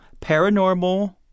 Paranormal